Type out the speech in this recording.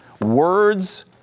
words